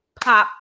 pop